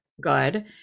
good